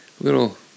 little